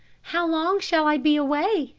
how long shall i be away?